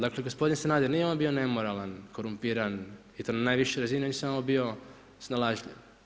Dakle, gospodin Sanader, nije on bio nemoralan, korumpiran, i to na najvišoj razini, on je samo bio snalažljiv.